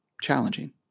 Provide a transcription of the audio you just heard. challenging